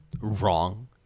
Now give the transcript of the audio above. wrong